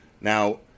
Now